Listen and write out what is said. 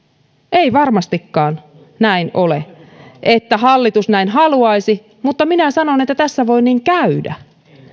ei varmastikaan näin ole että hallitus näin haluaisi mutta minä sanon että tässä voi niin käydä